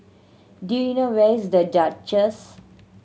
do you know where is The Duchess